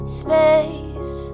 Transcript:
space